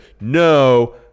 no